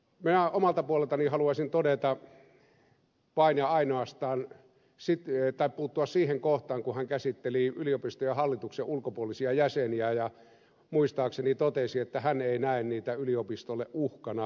minä omalta puoleltani haluaisin vain ja ainoastaan puuttua siihen kohtaan jossa hän käsitteli yliopistojen hallituksen ulkopuolisia jäseniä ja muistaakseni totesi että hän ei näe niitä yliopistolle uhkana